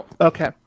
okay